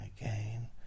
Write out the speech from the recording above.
again